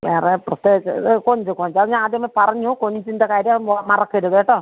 വേറെ പ്രത്യേകിച്ച് ഇത് കൊഞ്ച് കൊഞ്ച് അത് ഞാൻ ആദ്യമേ പറഞ്ഞു കൊഞ്ചിന്റെ കാര്യം മറക്കരുത് കേട്ടോ